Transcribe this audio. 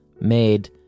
made